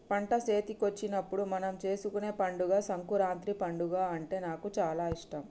పంట చేతికొచ్చినప్పుడు మనం చేసుకునే పండుగ సంకురాత్రి పండుగ అంటే నాకు చాల ఇష్టం